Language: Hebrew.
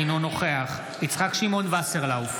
אינו נוכח יצחק שמעון וסרלאוף,